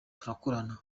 turakorana